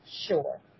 Sure